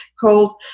called